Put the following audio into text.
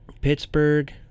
pittsburgh